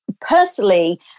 personally